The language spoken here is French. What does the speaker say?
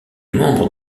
membres